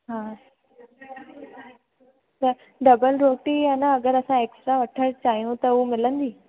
हा त डबल रोटी ऐं न अगरि असां एक्स्ट्रा वठण चाहियूं त हो मिलंदी